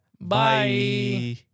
Bye